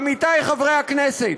עמיתי חברי הכנסת,